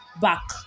back